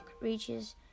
reaches